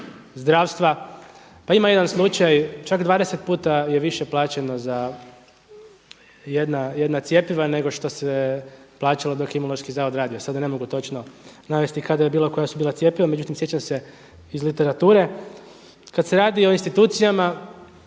zdravstva. Pa ima jedan slučaj, čak 20 puta je više plaćeno za jedna cjepiva nego što se plaćalo dok je Imunološki zavod radio. Sada ne mogu točno navesti kada je bilo, koja su bila cjepiva. Međutim, sjećam se iz literature. Kad se radi o institucijama